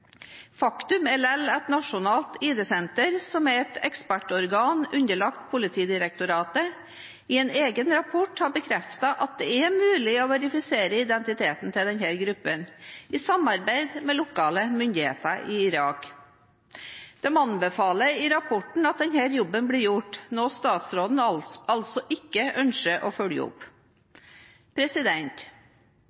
Faktum er likevel at Nasjonalt ID-senter, som er et ekspertorgan underlagt Politidirektoratet, i en egen rapport har bekreftet at det er mulig å verifisere identiteten til denne gruppen i samarbeid med lokale myndigheter i Irak. De anbefaler i rapporten at denne jobben blir gjort, noe statsråden altså ikke ønsker å følge opp.